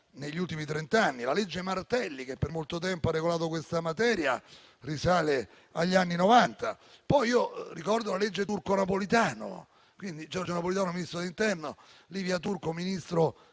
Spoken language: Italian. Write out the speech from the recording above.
negli ultimi trent'anni. La legge Martelli, che per molto tempo ha regolato questa materia, risale agli anni Novanta. Ricordo poi la legge Turco-Napolitano, con Giorgio Napolitano ministro dell'interno e Livia Turco ministro